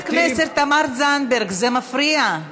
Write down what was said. חברת הכנסת תמר זנדברג, זה מפריע.